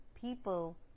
people